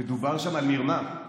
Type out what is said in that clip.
מדובר שם על מרמה,